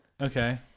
okay